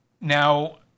Now